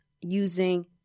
using